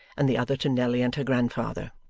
and the other to nelly and her grandfather.